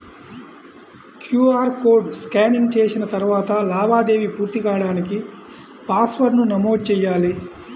QR code scanning చేసిన తరువాత లావాదేవీ పూర్తి కాడానికి పాస్వర్డ్ను నమోదు చెయ్యాలి